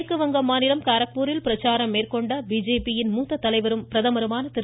மேற்குவங்க மாநிலம் காரக்பூரில் பிரச்சாரம் மேற்கொண்ட பிஜேபி யின் மூத்த தலைவரும் பிரதமருமான திரு